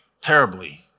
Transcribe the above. terribly